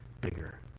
bigger